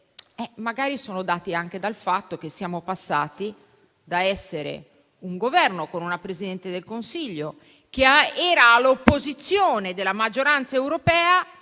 magari sono dati anche dal fatto che siamo passati dall'essere un Governo con una Presidente del Consiglio che era all'opposizione della maggioranza europea